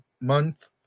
month